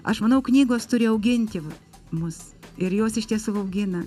aš manau knygos turi auginti mus ir jos iš tiesų augina